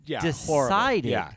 decided